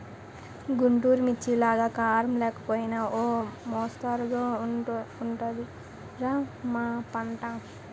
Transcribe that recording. గుంటూరు మిర్చిలాగా కారం లేకపోయినా ఓ మొస్తరుగా ఉంటది రా మా పంట